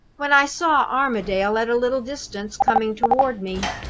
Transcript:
when i saw armadale at a little distance, coming toward me.